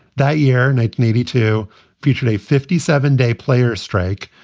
that year, and eighty eighty two featured a fifty seven day player strike,